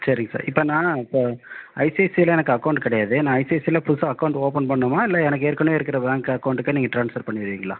செரிங்க சார் இப்போ நான் இப்போ ஐசிஐசிஐயில் எனக்கு அக்கவுண்ட் கிடையாது நான் ஐசிஐசிஐயில் புதுசாக அக்கவுண்ட் ஓபன் பண்ணணுமா இல்லை எனக்கு ஏற்கனவே இருக்கிற பேங்க் அக்கவுண்ட்டுக்கு நீங்கள் ட்ரான்ஸர் பண்ணிடுவிங்களா